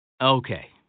Okay